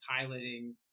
piloting